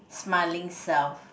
smiling self